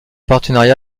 partenariat